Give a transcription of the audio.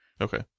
Okay